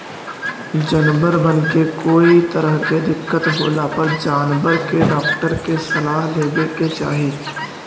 जनबरबन के कोई तरह के दिक्कत होला पर जानबर के डाक्टर के सलाह लेबे के चाहि